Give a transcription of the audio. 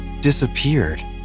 disappeared